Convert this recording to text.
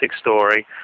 story